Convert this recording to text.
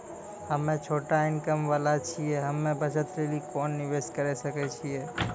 हम्मय छोटा इनकम वाला छियै, हम्मय बचत लेली कोंन निवेश करें सकय छियै?